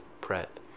prep